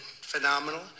phenomenal